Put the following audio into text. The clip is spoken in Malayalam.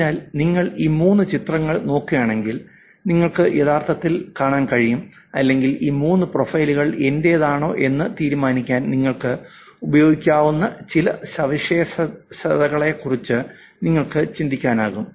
അതിനാൽ നിങ്ങൾ ഈ മൂന്ന് ചിത്രങ്ങൾ നോക്കുകയാണെങ്കിൽ നിങ്ങൾക്ക് യഥാർത്ഥത്തിൽ കാണാൻ കഴിയും അല്ലെങ്കിൽ ഈ 3 പ്രൊഫൈലുകൾ എന്റേതാണോ എന്ന് തീരുമാനിക്കാൻ നിങ്ങൾക്ക് ഉപയോഗിക്കാവുന്ന ചില സവിശേഷതകളെക്കുറിച്ച് നിങ്ങൾക്ക് ചിന്തിക്കാനാകും